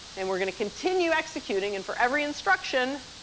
and we're going to continue executing. and for every instruction,